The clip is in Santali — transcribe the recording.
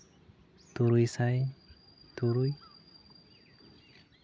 ᱛᱩᱨᱩᱭ ᱥᱟᱭ ᱛᱩᱨᱩᱭ